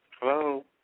Hello